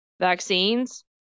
vaccines